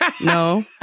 No